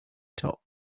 top